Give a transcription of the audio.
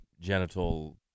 genital